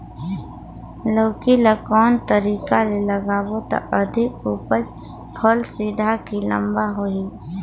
लौकी ल कौन तरीका ले लगाबो त अधिक उपज फल सीधा की लम्बा होही?